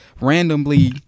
randomly